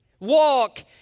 Walk